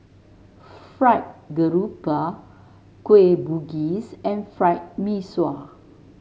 Fried Garoupa Kueh Bugis and Fried Mee Sua